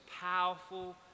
powerful